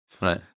Right